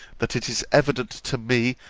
that it is evident to me,